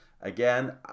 again